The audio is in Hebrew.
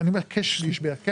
כשליש בערך.